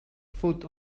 foot